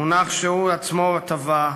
מונח שהוא עצמו טבע,